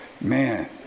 man